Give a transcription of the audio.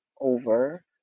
over